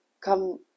come